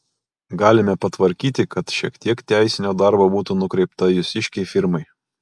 galime patvarkyti kad šiek tiek teisinio darbo būtų nukreipta jūsiškei firmai